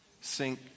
sink